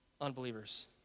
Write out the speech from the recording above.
unbelievers